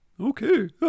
Okay